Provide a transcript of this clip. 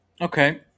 Okay